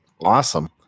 awesome